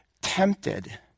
tempted